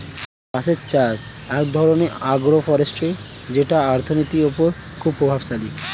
বাঁশের চাষ এক ধরনের আগ্রো ফরেষ্ট্রী যেটা অর্থনীতির ওপর খুবই প্রভাবশালী